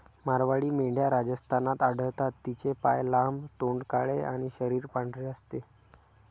मारवाडी मेंढ्या राजस्थानात आढळतात, तिचे पाय लांब, तोंड काळे आणि शरीर पांढरे असते